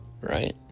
right